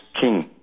King